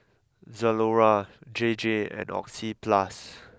Zalora J J and Oxyplus